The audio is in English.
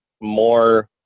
more